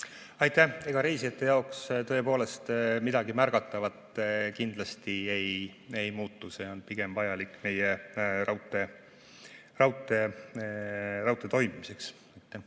Aitäh! Ega reisijate jaoks tõepoolest midagi märgatavalt ei muutu. See on pigem vajalik meie raudtee toimimiseks.